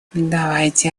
давайте